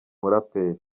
muraperi